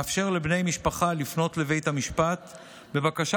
מאפשר לבני משפחה לפנות לבית המשפט בבקשה